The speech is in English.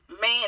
man